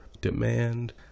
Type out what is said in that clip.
demand